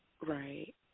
Right